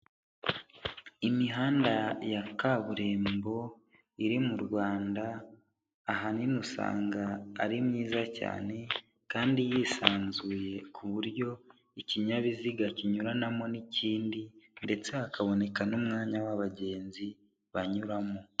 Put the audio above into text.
Imihanda ya kaburimbo iri mu Rwanda, ahanini usanga ari myiza cyane kandi yisanzuye kuburyo ikinyabiziga kinyuranamo n'ikindi ndetse hakaboneka n'umwanya w'abagenzi banyuramo.